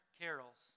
carols